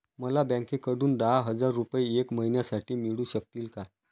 मला बँकेकडून दहा हजार रुपये एक महिन्यांसाठी मिळू शकतील का?